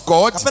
God